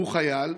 הוא חייל,